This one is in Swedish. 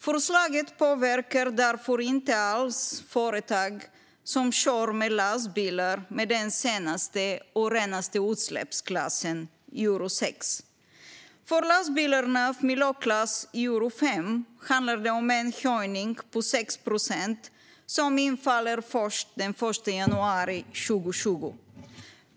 Förslaget påverkar därför inte alls företag som kör med lastbilar med den senaste och renaste utsläppsklassen Euro 6. För lastbilar med miljöklass Euro 5 handlar det om en höjning med 6 procent som infaller först den 1 januari 2020.